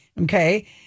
Okay